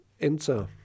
enter